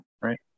right